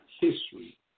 history